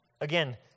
again